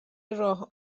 راه